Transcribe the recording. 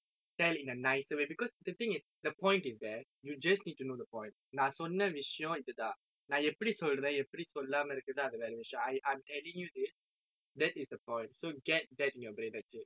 tell in a nicer way because the thing is the point is there you just need to know the point நான் சொன்ன விஷயம் இதுதான் நான் எப்படி சொல்றேன் எப்படி சொல்லாமே இருக்குறது அது வேற விஷயம்:naan sonna vishayam ithuthaan naan eppadi solren eppadi sollaamae irukkurathu athu vera vishayam I I'm telling you this that is the point so get that in your brain that's it